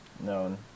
Known